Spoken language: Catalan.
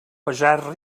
pagès